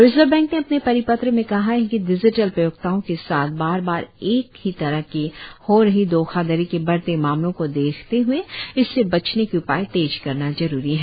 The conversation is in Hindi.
रिज़र्व बैंक ने अपने परिपत्र में कहा है कि डिजिटल प्रयोक्ताओं के साथ बार बार एक ही तरह से हो रही धोखाधड़ी के बढ़ते मामलों को देखते हए इससे बचने के उपाय तेज़ करना ज़रुरी है